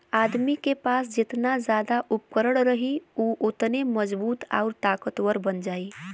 आदमी के पास जेतना जादा उपकरण रही उ ओतने मजबूत आउर ताकतवर बन जाई